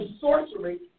sorcery